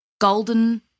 golden